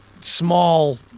small